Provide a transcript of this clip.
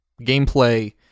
gameplay